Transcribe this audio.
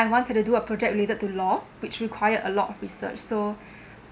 I wanted to do a project related to law which require a lot of research so